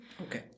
Okay